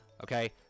Okay